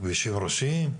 כבישים ראשיים,